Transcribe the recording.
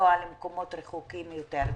ולנסוע למקומות רחוקים יותר.